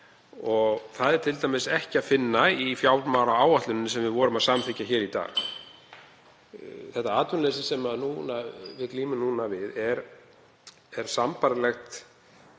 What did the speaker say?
en það er t.d. ekki að finna í fjármálaáætluninni sem við vorum að samþykkja hér í dag. Það atvinnuleysi sem við glímum núna við er sambærilegt